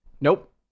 Nope